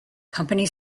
company